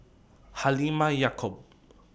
Halimah Yacob